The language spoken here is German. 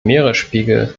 meeresspiegel